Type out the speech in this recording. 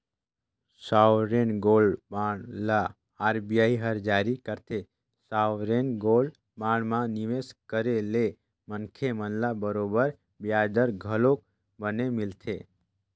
sovereign gold bond ल RBI हर जारी करथे, सॉवरेन गोल्ड बांड म निवेस करे ले मनखे मन ल बरोबर बियाज दर घलोक बने मिलथे